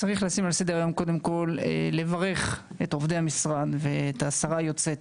קודם כול, לברך את עובדי המשרד ואת השרה היוצאת